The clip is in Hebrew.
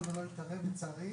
ולא התערב,